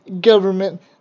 government